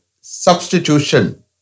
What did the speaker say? substitution